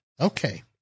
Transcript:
Okay